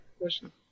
question